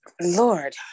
Lord